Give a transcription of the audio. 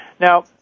Now